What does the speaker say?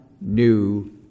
new